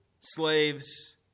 slaves